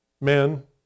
men